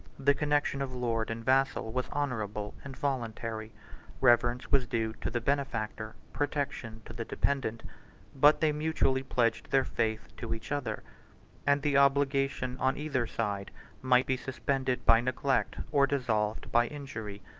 the connection of lord and vassal was honorable and voluntary reverence was due to the benefactor, protection to the dependant but they mutually pledged their faith to each other and the obligation on either side might be suspended by neglect or dissolved by injury.